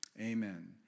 Amen